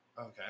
Okay